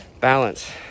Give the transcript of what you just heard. balance